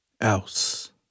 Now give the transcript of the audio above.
else